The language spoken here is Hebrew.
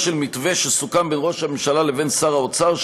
של מתווה שסוכם בין ראש הממשלה לבין שר האוצר,